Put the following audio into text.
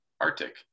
Arctic